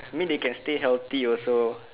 I mean they can stay healthy also